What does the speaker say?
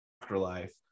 afterlife